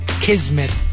kismet